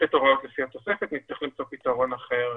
לתת הוראות לפי התוספת ונצטרך למצוא פתרון אחר